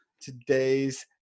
today's